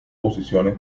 posiciones